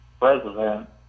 president